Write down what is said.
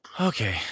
okay